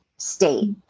State